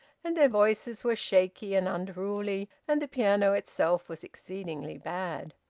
and their voices were shaky and unruly, and the piano itself was exceedingly bad.